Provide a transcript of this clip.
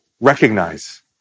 recognize